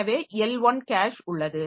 எனவே L 1 cash உள்ளது